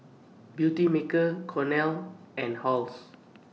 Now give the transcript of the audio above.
Beautymaker Cornell and Halls